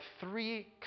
three